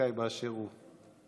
פוליטיקאי באשר הוא.